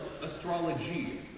astrology